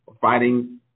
fighting